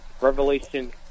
Revelation